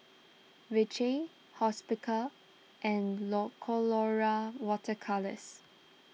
Vichy Hospicare and lo Colora Water Colours